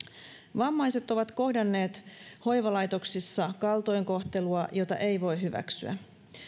vammaiset ovat kohdanneet hoivalaitoksissa kaltoinkohtelua jota ei voi hyväksyä